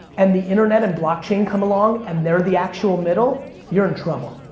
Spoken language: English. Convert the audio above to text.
and the internet and blockchain come along and they're the actual middle, you're in trouble.